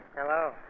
Hello